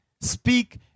Speak